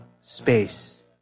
space